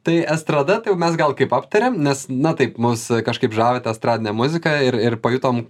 tai estrada tai jau mes gal kaip aptarėm nes na taip mus kažkaip žavi ta estradinė muzika ir ir pajutom